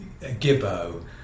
Gibbo